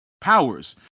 powers